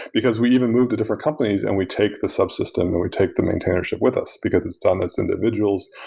because we even move to different companies and we take the subsystem or and we take the maintainership with us, because it's done as individuals,